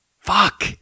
Fuck